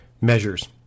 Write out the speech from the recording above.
Measures